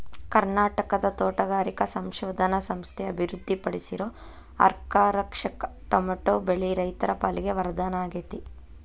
ಕರ್ನಾಟಕದ ತೋಟಗಾರಿಕಾ ಸಂಶೋಧನಾ ಸಂಸ್ಥೆ ಅಭಿವೃದ್ಧಿಪಡಿಸಿರೋ ಅರ್ಕಾರಕ್ಷಕ್ ಟೊಮೆಟೊ ಬೆಳೆ ರೈತರ ಪಾಲಿಗೆ ವರದಾನ ಆಗೇತಿ